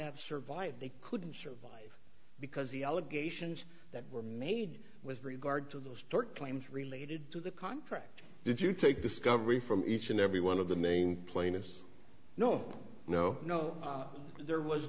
have survived they couldn't survive because the allegations that were made with regard to those sort claims related to the contract did you take discovery from each and every one of the named plaintiffs no no no there was